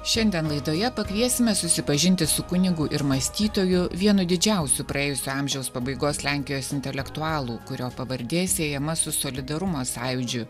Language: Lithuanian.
šiandien laidoje pakviesime susipažinti su kunigu ir mąstytoju vienu didžiausių praėjusio amžiaus pabaigos lenkijos intelektualų kurio pavardė siejama su solidarumo sąjūdžiu